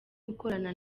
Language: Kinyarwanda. gukorana